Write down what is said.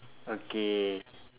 okay